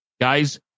guys